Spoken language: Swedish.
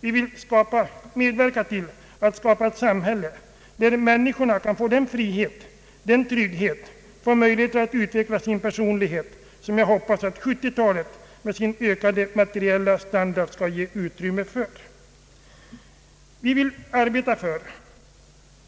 Vi vill medverka till att skapa ett samhälle där människorna kan få den frihet, den trygghet och de möjligheter att utveckla sin personlighet som jag hoppas att sjuttiotalet med sin ökade materiella standard skall ge utrymme för. Vi vill arbeta för